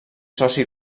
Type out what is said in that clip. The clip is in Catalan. soci